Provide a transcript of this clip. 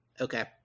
Okay